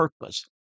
purpose